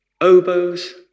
oboes